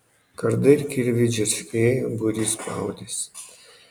kardai ir kirviai džerškėjo būrys spaudėsi